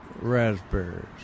raspberries